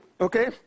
okay